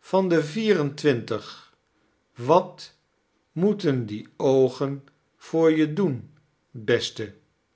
van de vier en twintig wat moeten die oogen voor je doen beste